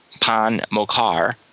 Pan-Mokar